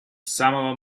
самого